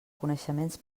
coneixements